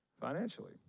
financially